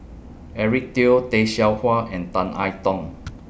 Eric Teo Tay Seow Huah and Tan I Tong